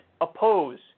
oppose